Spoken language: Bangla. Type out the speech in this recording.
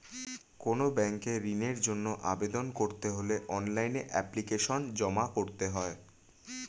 কোনো ব্যাংকে ঋণের জন্য আবেদন করতে হলে অনলাইনে এপ্লিকেশন জমা করতে হয়